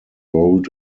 rolled